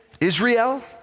Israel